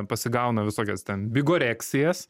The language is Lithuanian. pasigauna visokias ten bigoreksijas